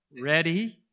ready